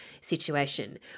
situation